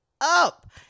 up